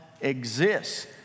exists